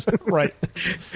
Right